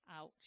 Ouch